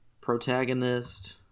Protagonist